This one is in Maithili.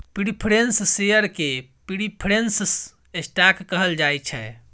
प्रिफरेंस शेयर केँ प्रिफरेंस स्टॉक कहल जाइ छै